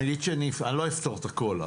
נגיד שלא אפתור את הכול,